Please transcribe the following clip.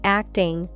acting